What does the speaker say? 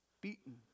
beaten